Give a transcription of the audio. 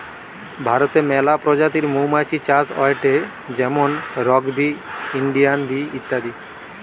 ভারতে মেলা প্রজাতির মৌমাছি চাষ হয়টে যেমন রক বি, ইন্ডিয়ান বি ইত্যাদি